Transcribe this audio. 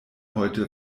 heute